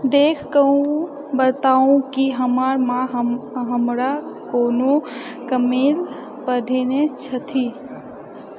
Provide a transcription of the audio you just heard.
देखि कऽ बताउ कि हमर माँ हमरा कोनो कमेल पठेने छथि